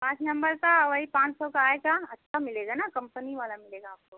पाँच नम्बर का वही पाँच सौ का आएगा अच्छा मिलेगा ना कम्पनी वाला मिलेगा आपको